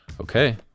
Okay